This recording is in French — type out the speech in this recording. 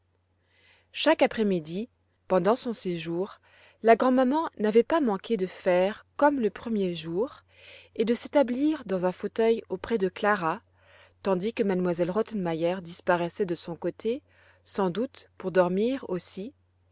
chaque après-midi pendant son séjour la grand maman n'avait pas manqué de faire comme le premier jour et de s'établir dans un fauteuil auprès de clara tandis que m elle rottenmeier disparaissait de son côté sans doute pour dormir aussi